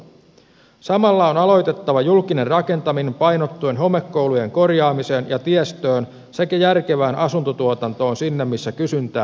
samalla on aloitettava julkinen rakentaminen painottuen homekoulujen korjaamiseen ja tiestöön sekä järkevään asuntotuotantoon sinne missä kysyntää on paljon